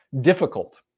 difficult